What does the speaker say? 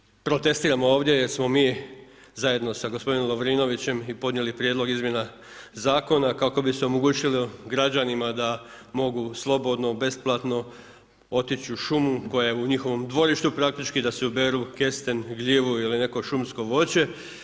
I naravno protestiram ovdje jer smo mi zajedno sa gospodinom Lovrinovićem i podnijeli prijedlog izmjena zakona kako bi se omogućilo građanima da mogu slobodno, besplatno otići u šumu koja je u njihovom dvorištu praktički da si uberu kesten, gljivu ili neko šumsko voće.